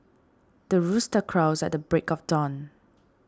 the rooster crows at the break of dawn